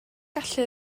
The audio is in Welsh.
gallu